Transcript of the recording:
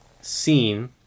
scene